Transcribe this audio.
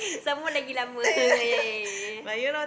some more lagi lama ah ya ya ya ya